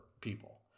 people